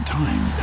time